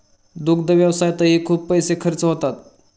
दुग्ध व्यवसायातही खूप पैसे खर्च होतात